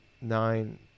nine